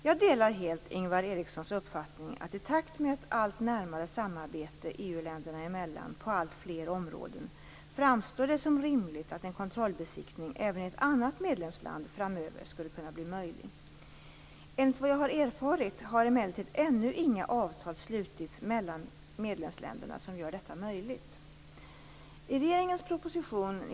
Jag delar helt Ingvar Erikssons uppfattning att det i takt med ett allt närmare samarbete EU-länderna emellan, på alltfler områden, framstår som rimligt att en kontrollbesiktning även i ett annat medlemsland framöver skulle kunna bli möjlig. Enligt vad jag har erfarit har emellertid ännu inga avtal slutits mellan medlemsländerna som gör detta möjligt.